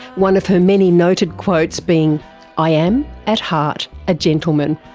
one of her many noted quotes being i am at heart a gentleman.